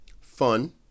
fun